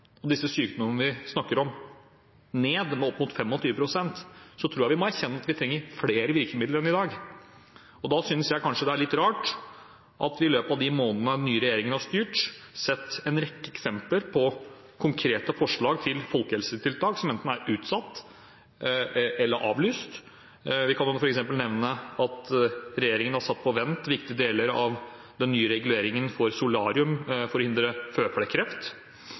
og de sykdommene vi snakker om, ned med opp mot 25 pst., tror jeg vi må erkjenne at vi trenger flere virkemidler enn i dag. Da synes jeg kanskje det er litt rart at vi i løpet av de månedene den nye regjeringen har styrt, har sett en rekke eksempler på konkrete forslag til folkehelsetiltak som enten er utsatt eller avlyst. Jeg kan f.eks. nevne at regjeringen har satt på vent viktige deler av den nye reguleringen for solarium